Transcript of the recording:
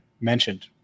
mentioned